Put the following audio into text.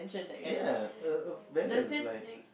ya a a balance like